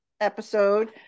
episode